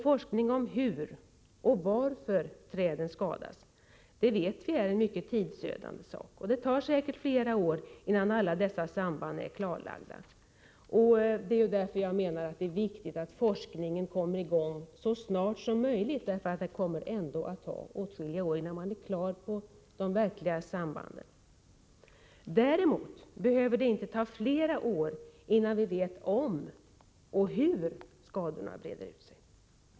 Forskning om hur och varför träden skadas är — det känner vi till — en mycket tidsödande uppgift. Det tar säkert flera år innan alla dessa samband är klarlagda. Det är därför jag menar att det är viktigt att forskningen kommer i gång så snart som möjligt. Det kommer ändå att ta åtskilliga år innan man blir på det klara med de verkliga sambanden. Däremot behöver det inte ta flera år innan vi vet om och hur skadorna breder ut sig.